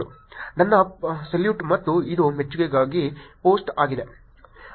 ನನ್ನ ಸೆಲ್ಯೂಟ್ ಮತ್ತು ಇದು ಮೆಚ್ಚುಗೆಗಾಗಿ ಪೋಸ್ಟ್ ಆಗಿದೆ